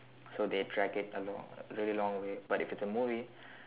so they drag it a long a really long way but if it's a movie